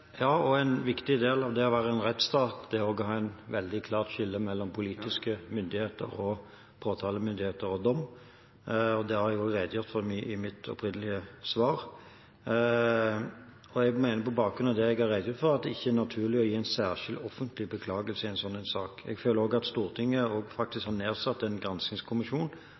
Ja, og en viktig del av det å være en rettsstat er også å ha et veldig klart skille mellom politiske myndigheter og påtalemyndigheter og domstol. Det har jeg også redegjort for i mitt opprinnelige svar. Jeg mener på bakgrunn av det jeg har redegjort for, at det ikke er naturlig å gi en særskilt offentlig beklagelse i en sånn sak. Jeg føler også at Stortinget faktisk har nedsatt en